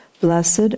Blessed